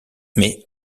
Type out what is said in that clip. mais